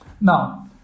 Now